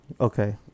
okay